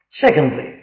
Secondly